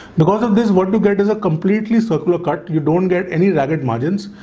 because of this, what you get is a completely soaked look out. you don't get any ragged margins.